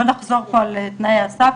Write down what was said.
לא נחזור פה על תנאי הסף,